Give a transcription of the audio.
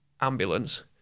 Ambulance